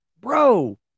Bro